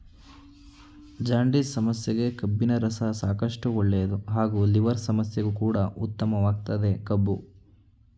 jaundice ಸಮಸ್ಯೆಗೆ ಕಬ್ಬಿನರಸ ಸಾಕಷ್ಟು ಒಳ್ಳೇದು ಹಾಗೂ ಲಿವರ್ ಸಮಸ್ಯೆಗು ಕೂಡ ಉತ್ತಮವಾಗಯ್ತೆ ಕಬ್ಬು